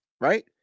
right